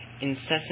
incessant